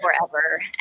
forever